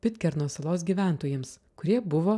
pitkerno salos gyventojams kurie buvo